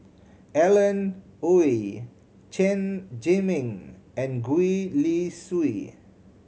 Alan Oei Chen Zhiming and Gwee Li Sui